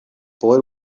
boy